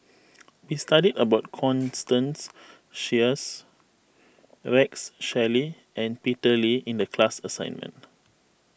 we studied about Constance Sheares Rex Shelley and Peter Lee in the class assignment